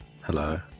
Hello